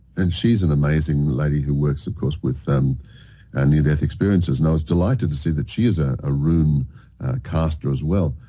and she's an amazing lady who works, of course, with and near-death experiences and i was delighted to see that she is a ah rune caster as well.